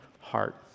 heart